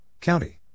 County